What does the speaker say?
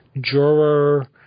juror